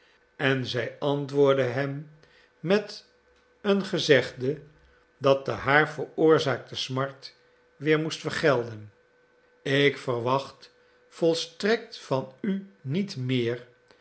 en zij antwoordde hem met een gezegde dat de haar veroorzaakte smart weer moest vergelden ik verwacht volstrekt van u niet meer